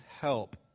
help